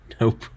Nope